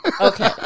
Okay